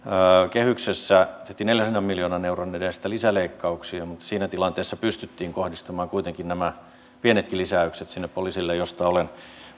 kehyksessä neljänsadan miljoonan euron edestä lisäleikkauksia mutta siinä tilanteessa pystyttiin kohdistamaan kuitenkin nämä pienetkin lisäykset sinne poliisille mistä